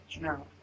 No